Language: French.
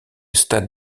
stade